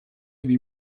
could